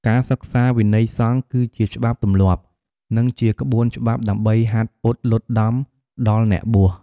ការសិក្សាវិន័យសង្ឃ គឺជាច្បាប់ទម្លាប់ និងជាក្បួនច្បាប់ដើម្បីហាត់ពត់លត់ដំដល់អ្នកបួស។